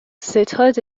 ستاد